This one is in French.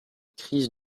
crise